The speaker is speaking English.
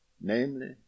namely